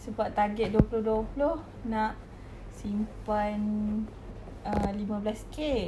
sebab target dua puluh dua puluh nak simpan err lima belas K